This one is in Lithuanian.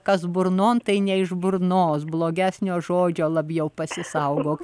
kas burnon tai ne iš burnos blogesnio žodžio labiau pasisaugoti